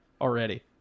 already